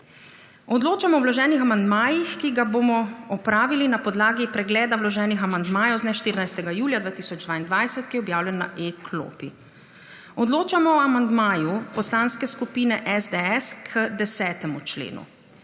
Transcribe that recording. Odločamo o vloženih amandmajih, ki ga bomo opravili na podlagi pregleda vloženih amandmajev z dne 14. julija 2022, ki je objavljen na e-klopi. Odločamo o amandmaju Poslanske skupine SDS k 10. členu.